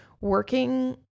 working